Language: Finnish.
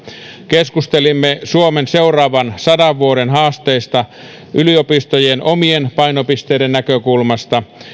keskustelimme suomen seuraavan sadan vuoden haasteista yliopistojen omien painopisteiden näkökulmasta